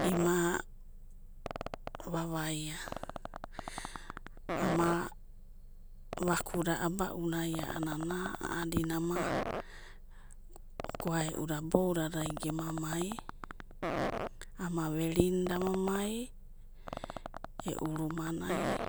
Ima va'vaia, ama vakuda abaunai a'anana a'adina ama, goaeuda boudadai gema mai, ama varinida ama mai, e'u rumanai,